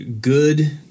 good